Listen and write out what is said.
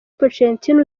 pochettino